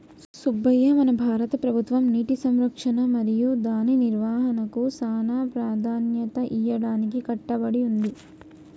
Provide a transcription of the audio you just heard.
సుబ్బయ్య మన భారత ప్రభుత్వం నీటి సంరక్షణ మరియు దాని నిర్వాహనకు సానా ప్రదాన్యత ఇయ్యడానికి కట్టబడి ఉంది